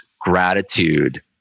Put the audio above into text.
gratitude